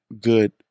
good